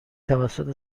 توسط